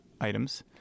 items